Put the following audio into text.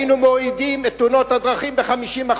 היינו מורידים את תאונות הדרכים ב-50%.